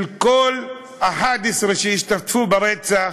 של כל ה-11 שהשתתפו ברצח,